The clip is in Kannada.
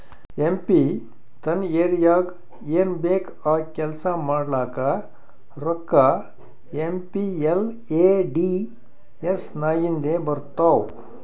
ಎಂ ಪಿ ತನ್ ಏರಿಯಾಗ್ ಏನ್ ಬೇಕ್ ಆ ಕೆಲ್ಸಾ ಮಾಡ್ಲಾಕ ರೋಕ್ಕಾ ಏಮ್.ಪಿ.ಎಲ್.ಎ.ಡಿ.ಎಸ್ ನಾಗಿಂದೆ ಬರ್ತಾವ್